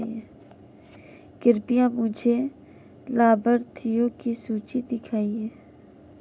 कृपया मुझे लाभार्थियों की सूची दिखाइए